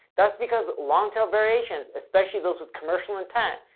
that's because long-tail variations, especially those with commercial intent,